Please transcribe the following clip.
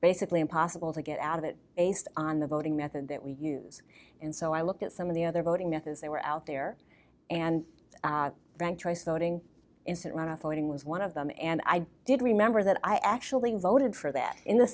basically impossible to get out of it based on the voting method that we use and so i looked at some of the other voting methods they were out there and voting instant runoff voting was one of them and i did remember that i actually voted for that in the